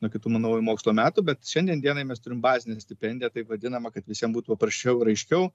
nuo kitų manau ir mokslo metų bet šiandien dienai mes turim bazinę stipendiją taip vadinama kad visiem būtų paprasčiau ir aiškiau